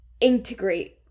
integrate